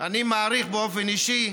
אני מעריך באופן אישי,